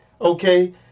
okay